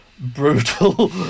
brutal